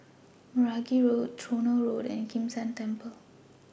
Meragi Road Tronoh Road and Kim San Temple